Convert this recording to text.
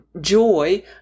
joy